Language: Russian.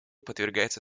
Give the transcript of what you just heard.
подвергается